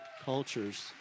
cultures